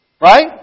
Right